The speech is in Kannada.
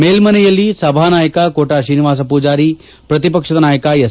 ಮೇಲನೆಯಲ್ಲಿ ಸಭಾ ನಾಯಕ ಕೋಟಾ ಶ್ರೀನಿವಾಸ ಮೂಜಾರಿ ಪ್ರತಿಪಕ್ಷ ನಾಯಕ ಎಸ್